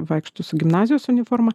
vaikšto su gimnazijos uniforma